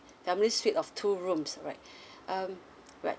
family suite of two rooms right um right